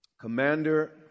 commander